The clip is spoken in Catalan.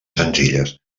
senzilles